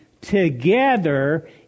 together